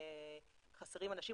חסרים אנשים,